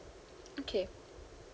okay